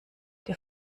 der